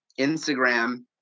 Instagram